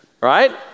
right